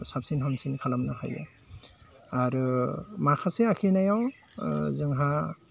साबसिन हामसिन खालामनो हायो आरो माखासे आखिनायाव जोंहा